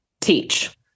teach